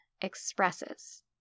expresses